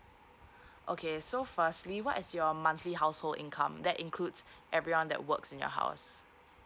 okay so firstly what is your monthly household income that includes everyone that works in your house